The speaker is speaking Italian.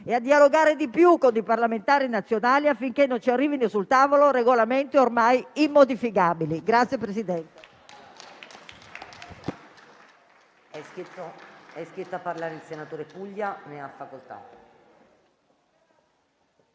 e a dialogare di più con i parlamentari nazionali, affinché non ci arrivino sul tavolo regolamenti ormai immodificabili.